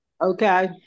Okay